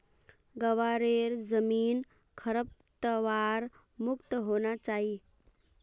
ग्वारेर जमीन खरपतवार मुक्त होना चाई